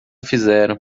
fizeram